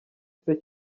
ese